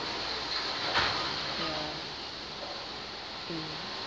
ya